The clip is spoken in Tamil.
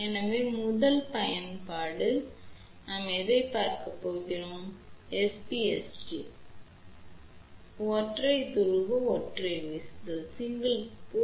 எனவே முதல் பயன்பாடு நாம் எதைப் பார்க்கப் போகிறோம் என்பது SPSTஒற்றை துருவ ஒற்றை வீசுதல்